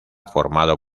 formado